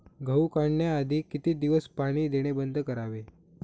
गहू काढण्याआधी किती दिवस पाणी देणे बंद करावे?